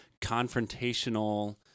confrontational